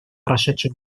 прошедший